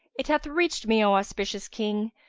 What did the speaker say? it hath reached me, o auspicious king,